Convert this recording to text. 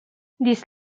this